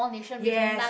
yes